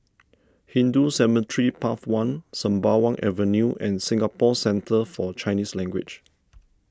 Hindu Cemetery Path one Sembawang Avenue and Singapore Centre for Chinese Language